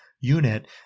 unit